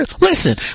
listen